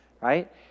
right